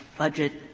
budget